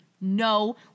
No